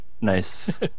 nice